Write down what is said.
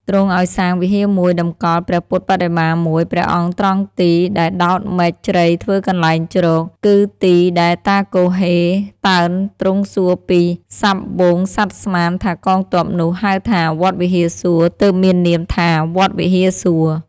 ទ្រង់ឲ្យសាងវិហារមួយតំកល់ព្រះពុទ្ធបដិមាមួយ ព្រះអង្គត្រង់ទី ដែលដោតមែកជ្រៃធ្វើកន្លែងជ្រក គឺទីដែលតាគហ៊េតើនទ្រង់សួរពីសព្ទហ្វូងសត្វស្មានថាកងទ័ពនោះ ហៅថា "វត្តវិហារសួរ" ទើបមាននាមថា"វត្តវិហារសួរ"។